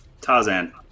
Tarzan